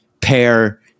pair